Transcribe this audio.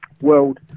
world